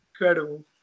incredible